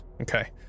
Okay